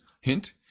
Hint